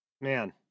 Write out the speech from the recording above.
Man